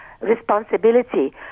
responsibility